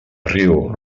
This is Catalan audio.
riu